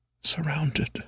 surrounded